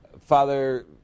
Father